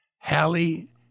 Hallie